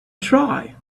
try